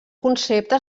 concepte